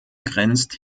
grenzt